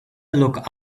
look